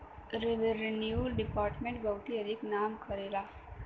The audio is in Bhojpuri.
रेव्रेन्यू दिपार्ट्मेंट बहुते अधिक नाम करेला